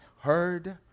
heard